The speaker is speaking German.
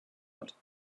hat